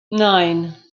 nine